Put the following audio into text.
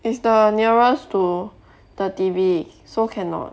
is the nearest to the T_V so cannot